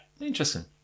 Interesting